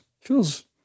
feels